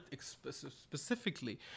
specifically